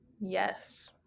Yes